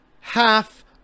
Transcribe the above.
half